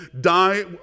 die